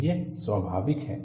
तो यह स्वाभाविक है